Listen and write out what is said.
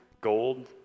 gold